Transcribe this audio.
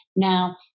Now